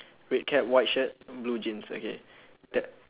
red cap white shirt blue jeans okay that